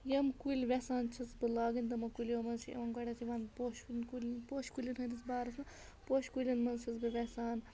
یِم کُلۍ یژھان چھَس بہٕ لاگٕنۍ تِمو کُلیو مَنٛز چھِ یِوان گۄڈنٮ۪تھ یِوان پوشہِ ہُن کُلۍ پوشہِ کُلٮ۪ن ہٕنٛدِس بارَس مَنٛز پوشہِ کُلٮ۪ن منٛز چھَس بہٕ یژھان